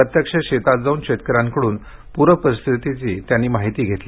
प्रत्यक्ष शेतात जाऊन शेतकऱ्यांकडून प्रपरिस्थितीची माहिती घेतली